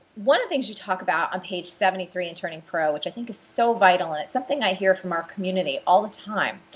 one of the things you talk about on page seventy three in turning pro, which i think is so vital and it's something i hear from our community all the time,